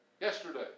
Yesterday